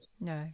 No